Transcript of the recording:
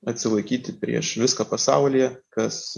atsilaikyti prieš viską pasaulyje kas